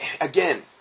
Again